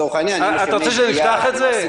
אתה רוצה שנפתח את זה?